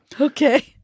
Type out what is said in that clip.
Okay